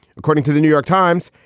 according to the new york times,